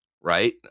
Right